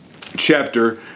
chapter